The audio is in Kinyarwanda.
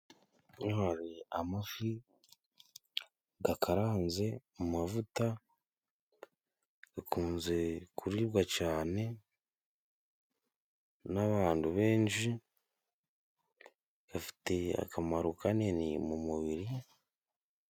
Amafi gakaranze mu mavuta gakunze kuribwa cyane n'abantu benji .Gafite akamaro kanini mu mubiri.